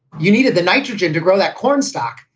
you needed the nitrogen to grow that corn stock.